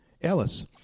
Ellis